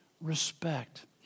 respect